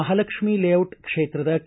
Mahalakshmi layout ಕ್ಷೇತ್ರದ K